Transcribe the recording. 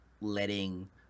letting